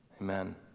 Amen